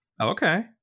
Okay